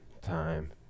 time